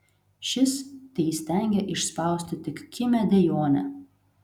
šis teįstengė išspausti tik kimią dejonę